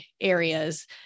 areas